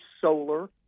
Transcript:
solar